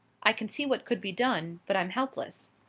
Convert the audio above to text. i can see what could be done, but i'm helpless.